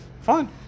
Fine